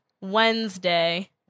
Wednesday